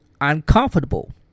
uncomfortable